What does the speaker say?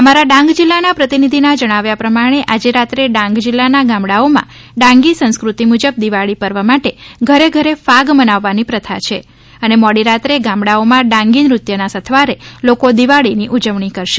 અમારા ડાંગ જીલ્લાના પ્રતિનિધિના જણાવ્યા પ્રમાણે આજે રાત્રે ડાંગ જીલ્લાના ગામડાઓમાં ડાંગી સંસ્કૃતિ મુજબ દિવાળી પર્વ માટે ઘરે ઘરે ફાગ મનાવવાની પ્રથા છે અને મોડી રાત્રે ગામડાઓમાં ડાંગી નૃત્યના સથવારે લોકો દિવાળીની ઉજવણી કરશે